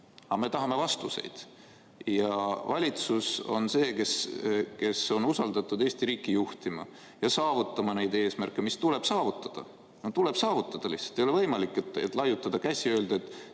aga me tahame vastuseid. Ja valitsus on see, kes on usaldatud Eesti riiki juhtima ja saavutama neid eesmärke, mis tuleb saavutada. Need tuleb saavutada, ei tohi laiutada käsi ja öelda, et